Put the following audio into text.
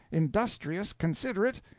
industrious, considerate,